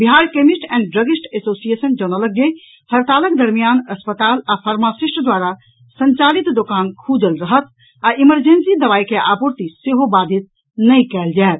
Bihar chemist and druggist association जनौलक जे हड़तालक दरमियान अस्पताल आ फार्मासिस्ट द्वारा संचालित दोकान खुजल रहत आ इमरजेंसी दवाई के आपूर्ति सेहो बाधित नहि कयल जायत